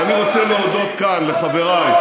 ואני רוצה להודות כאן לחבריי,